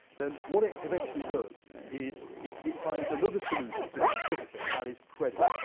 then what it eventually does is it it finds another solution to consumption, and that is credit.